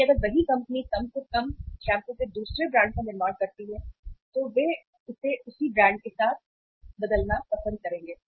इसलिए अगर वही कंपनी कम से कम शैम्पू के दूसरे ब्रांड का निर्माण करती है तो वे इसे उसी ब्रांड के साथ बदलना पसंद करेंगे